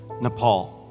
Nepal